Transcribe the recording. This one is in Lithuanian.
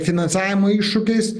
finansavimo iššūkiais